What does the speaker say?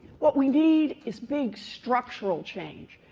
what we need is big structural change.